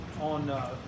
on